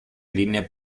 líneas